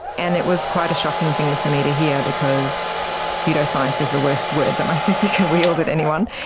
and it was quite a shocking thing for me to hear because pseudoscience is the worst word that my sister can wield at anyone,